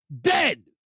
Dead